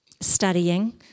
studying